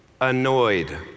annoyed